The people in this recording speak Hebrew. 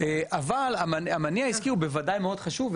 אבל המניע העסקי הוא בוודאי מאוד חשוב,